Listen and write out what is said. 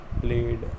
played